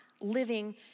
living